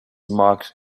marked